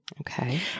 Okay